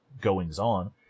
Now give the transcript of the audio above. goings-on